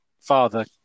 father